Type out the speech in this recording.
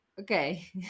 okay